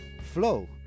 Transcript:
flow